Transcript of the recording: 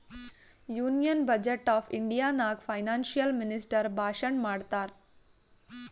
union budget of India ನಾಗ್ financial minister ಭಾಷಣ್ ಮಾಡ್ತಾರ್